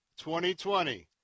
2020